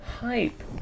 hype